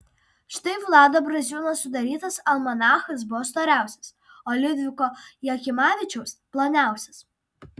štai vlado braziūno sudarytas almanachas buvo storiausias o liudviko jakimavičiaus ploniausias